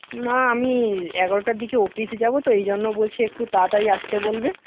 না আমি এগারোটার দিকে অফিসে যাবো তো এইজন্য বলছি একটু তাড়াতাড়ি আসতে বলবে